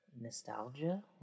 Nostalgia